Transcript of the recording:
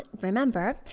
remember